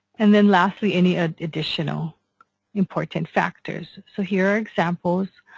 and then lastly any additional important factors. so here are examples,